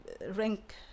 rank